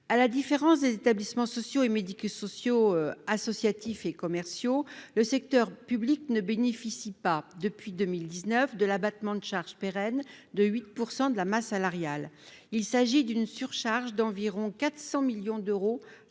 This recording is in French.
À la différence des établissements sociaux et médico-sociaux associatifs et commerciaux, le secteur public ne bénéficie pas, depuis 2019, de l'abattement de charges pérenne de 8 % de la masse salariale. Cela représente une surcharge d'environ 400 millions d'euros